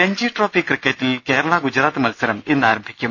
Ranji trophy ക്രിക്കറ്റിൽ കേരള ഗുജറാത്ത് മത്സരം ഇന്ന് ആരംഭിക്കും